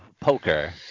poker